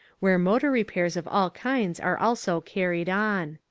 where motor repairs of all kinds are also carried on.